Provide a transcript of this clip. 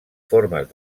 formes